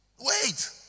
Wait